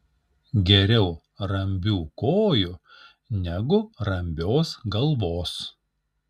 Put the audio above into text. geriau rambių kojų negu rambios galvos